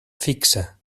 fixa